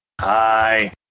Hi